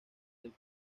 del